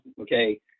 okay